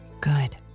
good